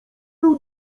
był